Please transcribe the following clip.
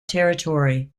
territory